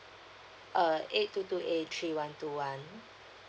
uh eight two two eight three one two one